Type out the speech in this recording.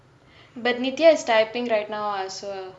but nithya is typing right now so